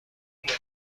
اینکه